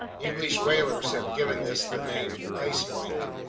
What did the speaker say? english whalers have given this the name ice blink.